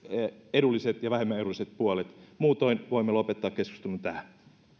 edulliset ja vähemmän edulliset puolet muutoin voimme lopettaa keskustelun tähän